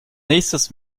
nächstes